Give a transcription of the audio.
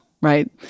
right